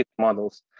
models